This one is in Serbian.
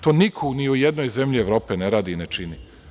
To niko ni u jednoj zemlji Evrope ne radi i ne čini.